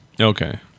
Okay